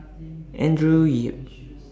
Andrew Yip